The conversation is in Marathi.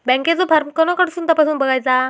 बँकेचो फार्म कोणाकडसून तपासूच बगायचा?